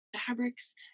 fabrics